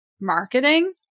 marketing